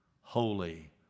holy